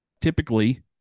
typically